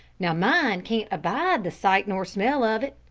now mine can't abide the sight nor smell of it.